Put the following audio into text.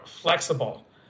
flexible